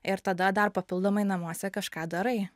ir tada dar papildomai namuose kažką darai